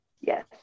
Yes